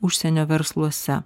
užsienio versluose